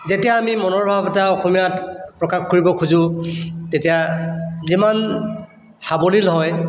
যেতিয়া আমি মনৰ ভাব এটা অসমীয়াত প্ৰকাশ কৰিব খোজোঁ তেতিয়া যিমান সাৱলীল হয়